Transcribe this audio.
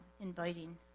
inviting